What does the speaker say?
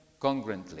congruently